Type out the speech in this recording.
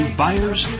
buyers